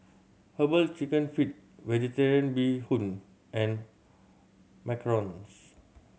Herbal Chicken Feet Vegetarian Bee Hoon and macarons